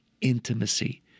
intimacy